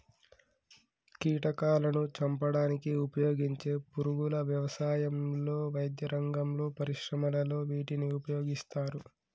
కీటకాలాను చంపడానికి ఉపయోగించే పురుగుల వ్యవసాయంలో, వైద్యరంగంలో, పరిశ్రమలలో వీటిని ఉపయోగిస్తారు